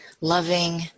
loving